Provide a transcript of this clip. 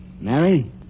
Mary